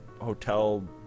hotel